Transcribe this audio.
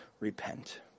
Repent